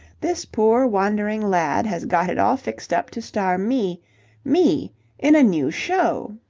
this poor wandering lad has got it all fixed up to star me me in a new show!